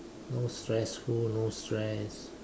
no stressful no stress